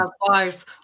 bars